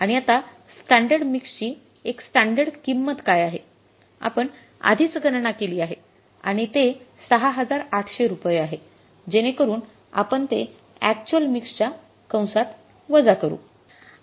आणि आता स्टँडर्ड मिक्सची एक स्टँडर्ड किंमत काय आहे आपण आधीच गणना केली आहे आणि ते ६८०० रुपये आहे जेणेकरून आपण ते अॅक्च्युअल मिक्स च्या कंसात वजा करू